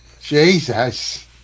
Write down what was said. Jesus